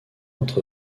entre